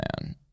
man